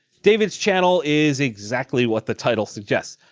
david's channel is exactly what the title suggests.